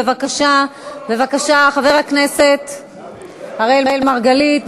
בבקשה, חבר הכנסת אראל מרגלית.